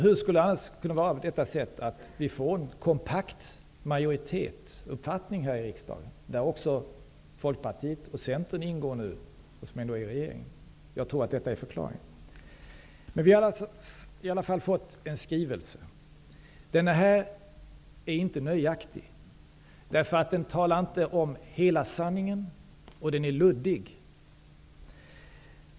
Hur skulle det annars kunna vara på detta sätt, att vi får en kompakt majoritetsuppfattning här i riksdagen, där nu också Folkpartiet och Centern ingår, som ju sitter i regeringen? Vi har alltså fått en skrivelse. Den är inte nöjaktig, därför att den talar inte om hela sanningen och den är luddig.